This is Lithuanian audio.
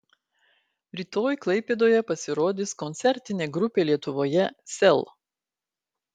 rytoj klaipėdoje pasirodys koncertinė grupė lietuvoje sel